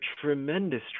tremendous